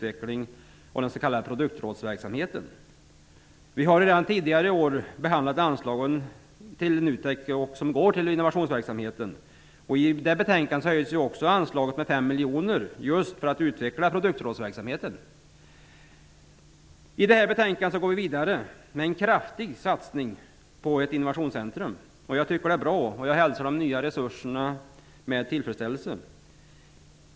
Vi har redan tidigare år behandlat anslagen till NUTEK, vilka avsätts för innovationsverksamheten. I det betänkandet höjdes också anslaget med 5 miljoner kronor för att just utveckla produktrådsverksamheten. I betänkandet går vi vidare med förslag till en kraftig satsning på ett innovationscentrum. Det är bra. Jag hälsar de nya resurserna med tillfredsställelse.